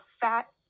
fat